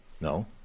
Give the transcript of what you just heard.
No